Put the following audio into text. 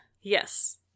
Yes